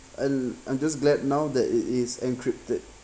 and I'm just glad now that it is encrypted